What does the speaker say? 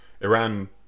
Iran